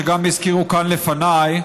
שגם הזכירו כאן לפניי,